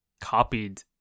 copied